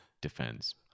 defends